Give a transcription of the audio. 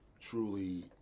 truly